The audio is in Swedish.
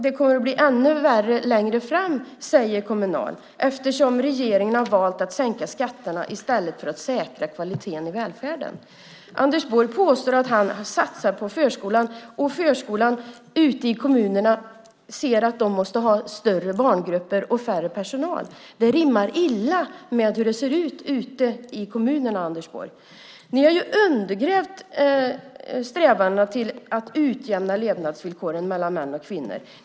Det kommer att bli ännu värre längre fram, säger Kommunal, eftersom regeringen har valt att sänka skatterna i stället för att säkra kvaliteten i välfärden. Anders Borg påstår att han satsar på förskolan, och förskolorna ute i kommunerna ser att de måste ha större barngrupper och färre personal. Det rimmar illa med hur det ser ut ute i kommunerna, Anders Borg. Ni har undergrävt strävandena att utjämna levnadsvillkoren mellan män och kvinnor.